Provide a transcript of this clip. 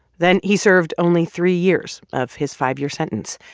then he served only three years of his five-year sentence.